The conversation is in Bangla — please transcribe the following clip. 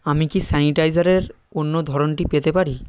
আমি কি স্যানিটাইজারের অন্য ধরনটি পেতে পারি